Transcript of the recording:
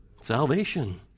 salvation